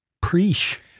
preach